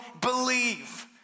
believe